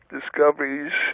discoveries